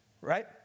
right